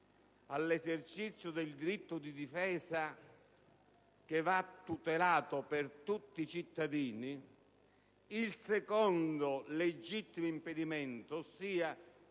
all'esercizio del diritto di difesa che va tutelato per tutti i cittadini, il secondo legittimo impedimento, cioè